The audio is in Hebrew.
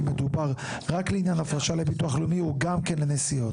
אם מדובר רק לעניין הפרשה לביטוח לאומי או גם כן הנסיעות?